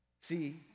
see